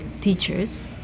teachers